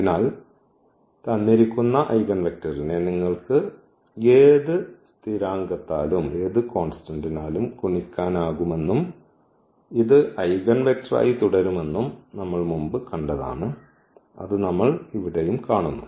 അതിനാൽ തന്നിരിക്കുന്ന ഐഗൻവെക്റ്ററിനെ നിങ്ങൾക്ക് ഏത് സ്ഥിരാങ്കത്താലും ഗുണിക്കാനാകുമെന്നും ഇത് ഐഗൻവെക്റ്ററായി തുടരുമെന്നും നമ്മൾ മുമ്പ് കണ്ടതാണ് അത് നമ്മൾ ഇവിടെ കാണുന്നു